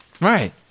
Right